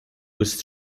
was